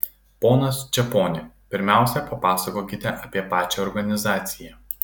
ponas čeponi pirmiausia papasakokite apie pačią organizaciją